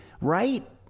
right